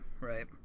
right